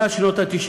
מאז שנות ה-90